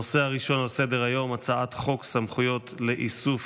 הנושא הראשון על סדר-היום: הצעת חוק סמכויות לאיסוף